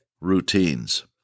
routines